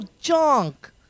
junk